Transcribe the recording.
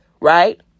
right